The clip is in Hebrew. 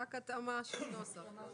זו רק התאמה של נוסח.